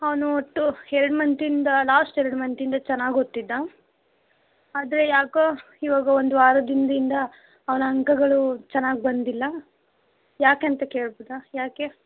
ಅವನು ಒಟ್ಟು ಎರಡು ಮಂತಿಂದ ಲಾಸ್ಟ್ ಎರಡು ಮಂತಿಂದ ಚೆನ್ನಾಗಿ ಓದ್ತಿದ್ದ ಆದರೆ ಯಾಕೋ ಈವಾಗ ಒಂದು ವಾರದಿಂದಿಂದ ಅವನ ಅಂಕಗಳು ಚೆನ್ನಾಗಿ ಬಂದಿಲ್ಲ ಯಾಕೇಂತ ಕೇಳ್ಬೋದ ಯಾಕೆ